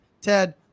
Ted